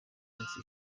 minsi